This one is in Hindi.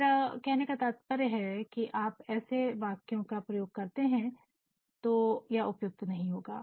मेरा कहने का तात्पर्य है अगर आप ऐसे वाक्यों का प्रयोग करते हैं तो यह उपयुक्त नहीं होगा